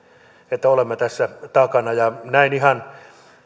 että olemme tässä takana näin ihan